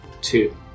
Two